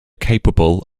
capable